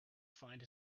find